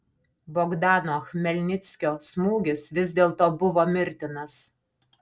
bogdano chmelnickio smūgis vis dėlto buvo mirtinas